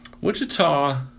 Wichita